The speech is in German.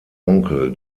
onkel